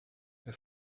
les